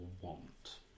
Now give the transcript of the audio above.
want